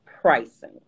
pricing